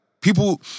people